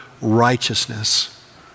righteousness